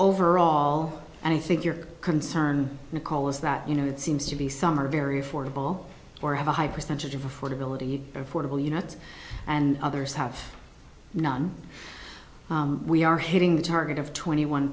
overall and i think your concern nicole is that you know it seems to be some are very affordable or have a high percentage of affordability of affordable units and others have none we are hitting the target of twenty one